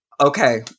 okay